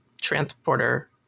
transporter